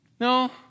No